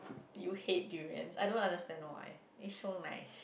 you hate durians I don't understand why it's so nice